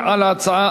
לנושא: